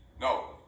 No